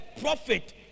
profit